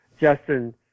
Justin